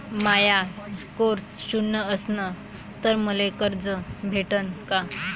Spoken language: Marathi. माया स्कोर शून्य असन तर मले कर्ज भेटन का?